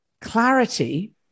clarity